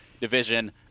division